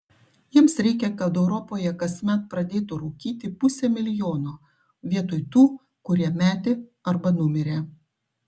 jiems reikia kad europoje kasmet pradėtų rūkyti pusė milijono vietoj tų kurie metė arba numirė